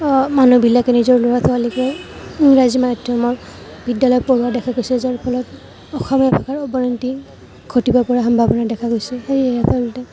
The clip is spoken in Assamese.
মানুহ বিলাকে নিজৰ ল'ৰা ছোৱালীকো ইংৰাজী মাধ্যমৰ বিদ্যালয়ত পঢ়োৱা দেখা গৈছে যাৰ ফলত অসমীয়া ভাষাৰ অৱনতি ঘটিব পৰা সম্ভাৱনা দেখা গৈছে সেয়েহে আচলতে